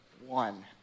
one